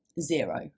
zero